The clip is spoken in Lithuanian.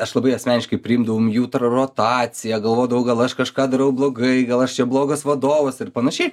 aš labai asmeniškai priimdavom jų rotaciją galvodavau gal aš kažką darau blogai gal aš čia blogas vadovas ir panašiai